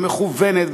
ומכוונת,